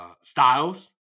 Styles